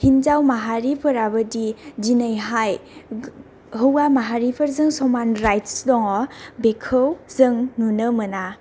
हिनजाव माहारिफोराबोदि दिनैहाय हौवा माहारिफोरजों समान राइटस दङ बिखौ जों नुनो मोना